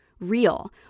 real